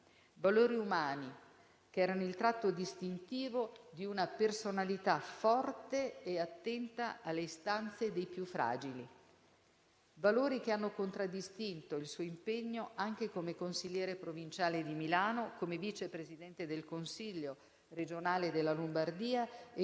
valori umani che erano il tratto distintivo di una personalità forte e attenta alle istanze dei più fragili. Valori che hanno contraddistinto il suo impegno anche come consigliere provinciale di Milano, come vice presidente del Consiglio regionale della Lombardia e